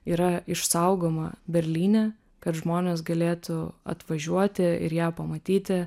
yra išsaugoma berlyne kad žmonės galėtų atvažiuoti ir ją pamatyti